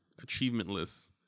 achievementless